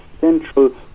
central